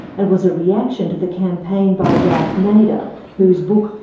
and was a reaction to the campaign by ralph nader whose book,